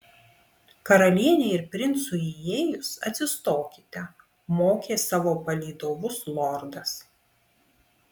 karalienei ir princui įėjus atsistokite mokė savo palydovus lordas